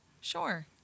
Sure